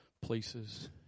Places